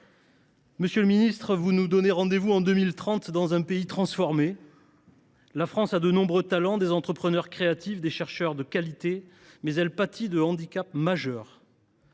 Monsieur le ministre, vous nous donnez rendez vous en 2030 dans un pays transformé. La France a de nombreux talents, des entrepreneurs créatifs et des chercheurs de qualité, mais elle souffre de handicaps majeurs.